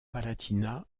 palatinat